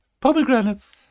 Pomegranates